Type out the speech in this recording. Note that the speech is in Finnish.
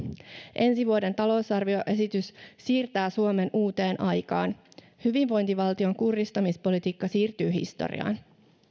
ensi vuoden talousarvioesitys siirtää suomen uuteen aikaan hyvinvointivaltion kurjistamispolitiikka siirtyy historiaan